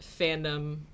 fandom